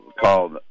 called